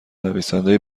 نویسنده